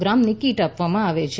ગ્રામની kit આપવામાં આવે છે